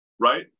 Right